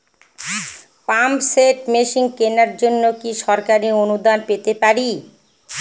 Pump set machine কেনার জন্য কি সরকারি অনুদান পেতে পারি?